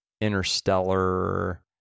interstellar